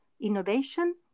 innovation